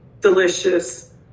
delicious